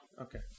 Okay